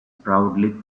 proudly